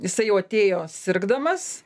jisai jau atėjo sirgdamas